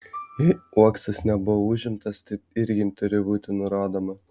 jei uoksas nebuvo užimtas tai irgi turi būti nurodoma